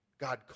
God